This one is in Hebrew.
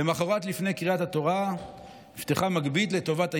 למוחרת לפני קריאת התורה נפתחה מגבית לטובת הישיבה.